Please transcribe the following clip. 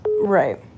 Right